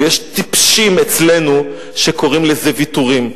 ויש טיפשים אצלנו שקוראים לזה ויתורים.